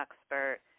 expert